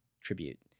tribute